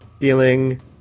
feeling